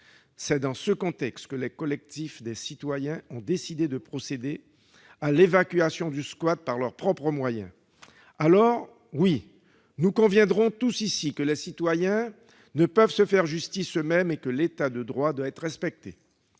C'est dans ce contexte que les collectifs de citoyens ont décidé de procéder à l'évacuation du squat par leurs propres moyens. Oui, nous convenons tous ici que les citoyens ne peuvent se faire justice eux-mêmes et que l'État de droit doit être respecté.